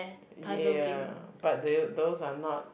ya but the~ those are not